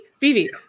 Vivi